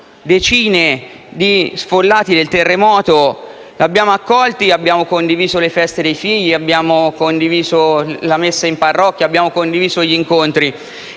decine di sfollati del terremoto. Con loro abbiamo condiviso le feste dei figli; abbiamo condiviso la messa in parrocchia; abbiamo condiviso gli incontri.